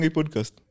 podcast